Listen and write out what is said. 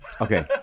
Okay